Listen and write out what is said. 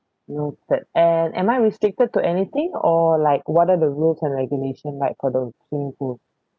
noted and am I restricted to anything or like what are the rules and regulation like for the swimming pool